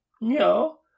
No